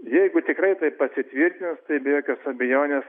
jeigu tikrai tai pasitvirtins tai be jokios abejonės